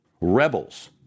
Rebels